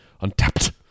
untapped